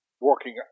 working